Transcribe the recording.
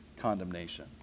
condemnation